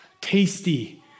tasty